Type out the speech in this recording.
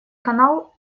канал